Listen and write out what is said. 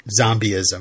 zombieism